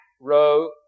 row